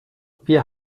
wir